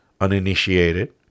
uninitiated